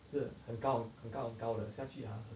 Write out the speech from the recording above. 是很高很高很高的下去 !huh!